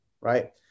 Right